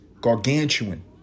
gargantuan